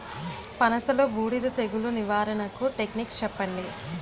పనస లో బూడిద తెగులు నివారణకు టెక్నిక్స్ చెప్పండి?